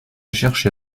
cherché